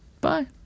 Bye